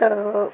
ਅਤੇ